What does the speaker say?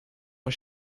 was